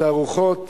תערוכות,